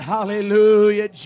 Hallelujah